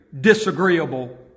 disagreeable